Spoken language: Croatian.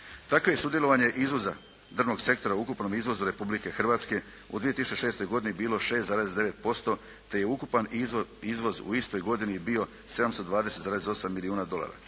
Tako je i sudjelovanje izvoza drvnog sektora u ukupnom izvozu Republike Hrvatske u 2006. godini bilo 6,9% te je ukupan izvoz u istoj godini bio 720,8 milijuna dolara.